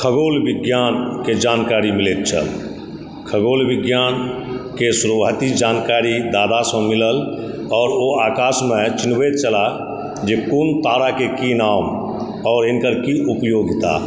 खगोल विज्ञानके जानकारी मिलैत छल खगोल विज्ञानके शुरुआती जानकारी दादासंँ मिलल आओर ओ आकाशमे चिन्हबैत छला जे कोन ताराके की नाम आओर हिनकर की उपयोगिता